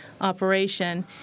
operation